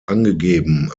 angegeben